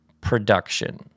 production